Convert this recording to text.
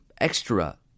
extra